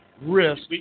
risk